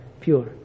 pure